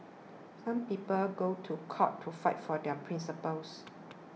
some people go to court to fight for their principles